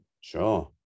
sure